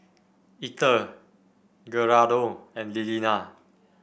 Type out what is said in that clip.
Ether Gerardo and Liliana